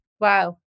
Wow